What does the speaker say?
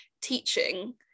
teaching